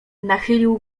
nachylił